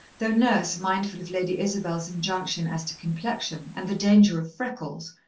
though nurse, mindful of lady isabel's injunction as to complexion and the danger of freckles,